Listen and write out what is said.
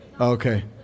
Okay